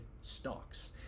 stocks